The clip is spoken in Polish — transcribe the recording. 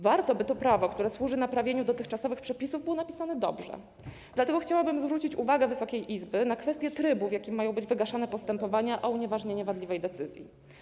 Warto, by to prawo, które służy naprawieniu dotychczasowych przepisów, było napisane dobrze, dlatego chciałabym zwrócić uwagę Wysokiej Izby na kwestię trybu, w jakim mają być wygaszane postępowania o unieważnienie wadliwej decyzji.